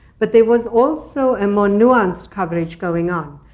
but there was also a more nuanced coverage going on.